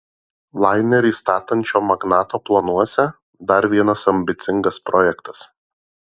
lainerį statančio magnato planuose dar vienas ambicingas projektas